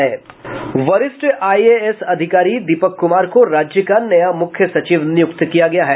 वरिष्ठ आईएएस अधिकारी दीपक कुमार को राज्य का नया मुख्य सचिव नियुक्त किया गया है